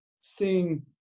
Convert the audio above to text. seeing